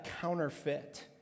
counterfeit